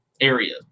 area